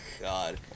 God